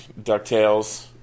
DuckTales